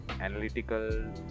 analytical